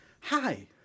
Hi